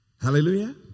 Hallelujah